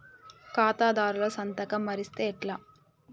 ఖాతాదారుల సంతకం మరిస్తే ఎట్లా?